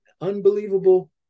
unbelievable